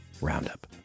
roundup